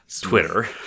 Twitter